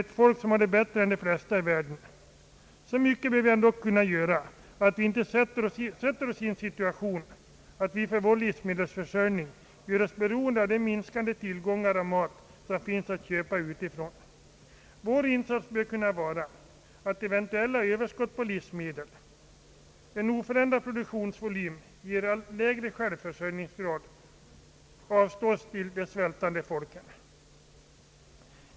ett folk som har det bättre än de flesta i världen. Så mycket bör vi ändå kunna göra att vi inte försätter oss i en situation att vi för vår livsmedelsförsörjning gör oss beroende av de minskande tillgångar av mat som finns att köpa utifrån. Vår insats bör kunna vara att eventuella överskott på livsmedel — en oförändrad produktionsvolym ger allt lägre självförsörjningsgrad — avstås till de svältande folken.